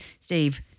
Steve